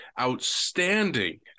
Outstanding